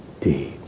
deeds